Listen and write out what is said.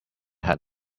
had